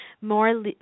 more